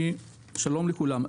שלום לכולם.